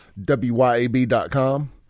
WYAB.com